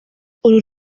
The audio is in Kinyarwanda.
uru